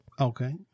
Okay